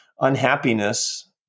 Unhappiness